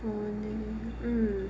mm